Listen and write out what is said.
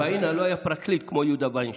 לפאינה לא היה פרקליט כמו יהודה וינשטיין.